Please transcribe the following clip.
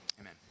Amen